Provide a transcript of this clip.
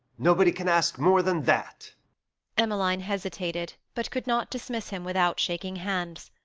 nobody can ask more than that emmeline hesitated, but could not dismiss him without shaking hands.